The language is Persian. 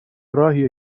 راهیه